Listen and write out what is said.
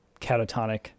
catatonic